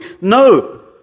No